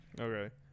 Okay